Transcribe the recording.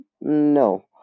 No